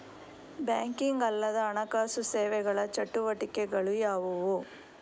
Banking ಅಲ್ಲದ ಹಣಕಾಸು ಸೇವೆಗಳ ಚಟುವಟಿಕೆಗಳು ಯಾವುವು?